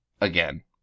Again